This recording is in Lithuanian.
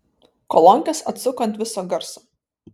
kolonkes atsuko ant viso garso